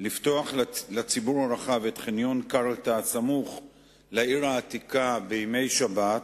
לפתוח לציבור הרחב את חניון קרתא הסמוך לעיר העתיקה בימי שבת,